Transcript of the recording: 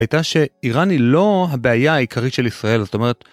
הייתה שאיראן היא לא הבעיה העיקרית של ישראל, זאת אומרת...